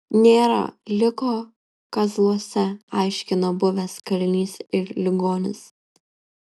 nėra liko kazluose aiškina buvęs kalinys ir ligonis